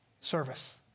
service